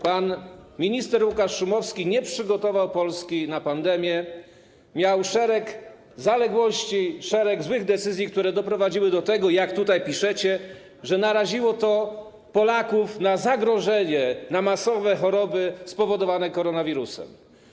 Pan minister Łukasz Szumowski nie przygotował Polski na pandemię - szereg zaległości, szereg złych decyzji, które doprowadziły do tego, jak tutaj piszecie, że naraziło to Polaków na zagrożenie, na masowe choroby spowodowane koronawirusem.